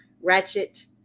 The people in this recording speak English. ratchet